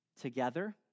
together